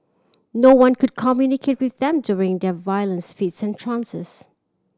no one could communicate with them during their violent fits and trances